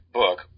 book